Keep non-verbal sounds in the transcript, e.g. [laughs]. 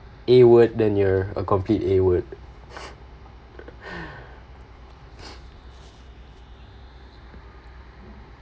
A word then you're a complete A word [laughs]